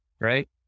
right